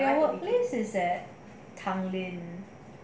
your workplace is at tanglin